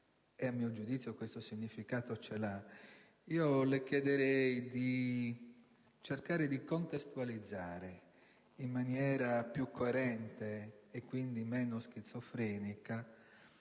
- a mio giudizio questo significa ce l'ha - le chiederei di cercare di contestualizzare in maniera più coerente e, quindi, meno schizofrenica